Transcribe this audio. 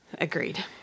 Agreed